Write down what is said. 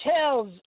tells